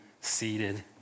seated